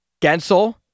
Gensel